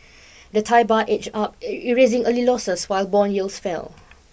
the Thai Baht edged up erasing early losses while bond yields fell